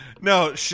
No